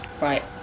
Right